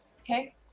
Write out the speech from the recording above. Okay